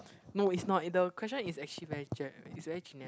no it's not the the question is actually very jap it's very generic